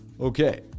Okay